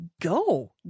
go